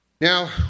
Now